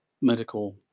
medical